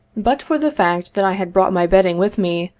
but for the fact that i had brought my bed ding with me,